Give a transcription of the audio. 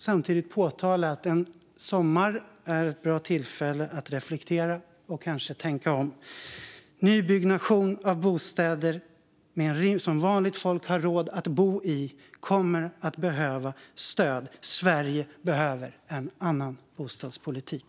Samtidigt vill jag påpeka att sommaren är ett bra tillfälle att reflektera och kanske tänka om. Det kommer att behöva ges stöd till nybyggnation av bostäder som vanligt folk har råd att bo i. Sverige behöver en annan bostadspolitik.